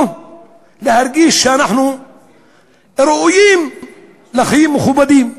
או להרגיש שאנחנו ראויים לחיים מכובדים.